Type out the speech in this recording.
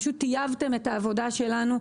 טייבתם את העבודה שלנו.